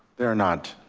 there are not.